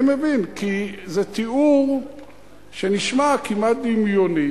אני מבין, כי זה תיאור שנשמע דמיוני.